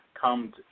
come